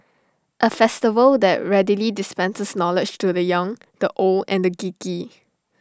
A festival that readily dispenses knowledge to the young the old and the geeky